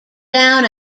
down